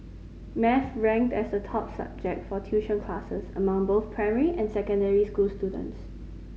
maths ranked as the top subject for tuition classes among both primary and secondary school students